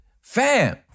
fam